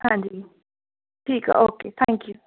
ਹਾਂਜੀ ਠੀਕ ਹੈ ਓਕੇ ਥੈਂਕ ਯੂ